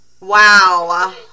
Wow